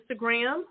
Instagram